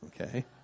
okay